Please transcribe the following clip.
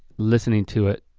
listening to it.